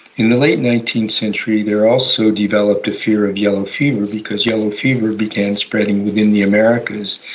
in the late nineteenth century there also developed a fear of yellow fever because yellow fever began spreading within the americas,